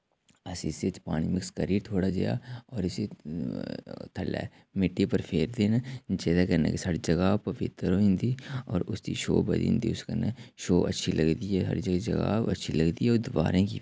अस इस्सै च पानी मिक्स करियै थोह्ड़ा जेहा और इस्सी थल्लै मिट्टी उप्पर फेरदे न जेह्दे कन्नै कि साढ़ी जगह् पवित्तर होई जंदी और उसदी शो बधी जंदी उस कन्नै शो अच्छी लगदी ऐ हर जगह् अच्छी लगदी ऐ दीवारें गी